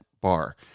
bar